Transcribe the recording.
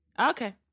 Okay